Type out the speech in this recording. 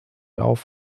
auf